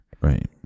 Right